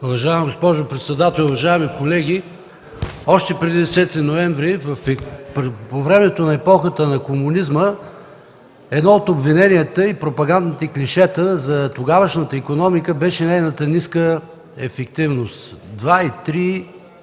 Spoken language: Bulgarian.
Уважаема госпожо председател, уважаеми колеги, още преди 10 ноември, по времето на епохата на комунизма, едно от обвиненията и пропагандните клишета за тогавашната икономика беше нейната ниска ефективност